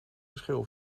verschil